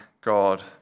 God